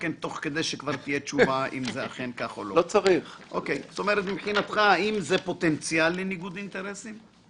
האם מבחינתך זה פוטנציאל לניגוד אינטרסים?